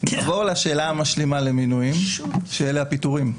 נעבור לשאלה המשלימה למינויים, שאלה הפיטורים.